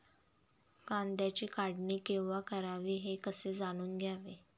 कांद्याची काढणी केव्हा करावी हे कसे जाणून घ्यावे?